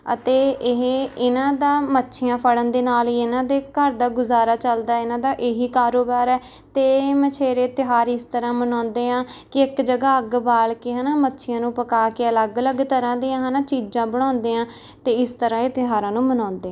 ਅਤੇ ਇਹ ਇਹਨਾਂ ਦਾ ਮੱਛੀਆਂ ਫੜਨ ਦੇ ਨਾਲ ਹੀ ਇਹਨਾਂ ਦੇ ਘਰ ਦਾ ਗੁਜ਼ਾਰਾ ਚੱਲਦਾ ਇਹਨਾਂ ਦਾ ਇਹੀ ਕਾਰੋਬਾਰ ਹੈ ਅਤੇ ਮਛੇਰੇ ਤਿਉਹਾਰ ਇਸ ਤਰ੍ਹਾਂ ਮਨਾਉਂਦੇ ਆ ਕਿ ਇੱਕ ਜਗ੍ਹਾ ਅੱਗ ਬਾਲ ਕੇ ਹੈ ਨਾ ਮੱਛੀਆਂ ਨੂੰ ਪਕਾ ਕੇ ਅਲੱਗ ਅਲੱਗ ਤਰ੍ਹਾਂ ਦੀਆਂ ਹੈ ਨਾ ਚੀਜ਼ਾਂ ਬਣਾਉਂਦੇ ਆ ਅਤੇ ਇਸ ਤਰ੍ਹਾਂ ਇਹ ਤਿਉਹਾਰਾਂ ਨੂੰ ਮਨਾਉਂਦੇ